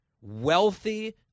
wealthy